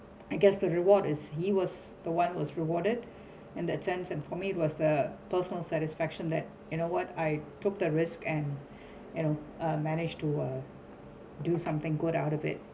I guess the reward is he was the one was rewarded in that sense and for me it was the personal satisfaction that you know what I took the risk and you know uh managed to uh do something good out of it